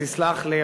תסלח לי,